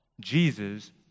Jesus